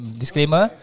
disclaimer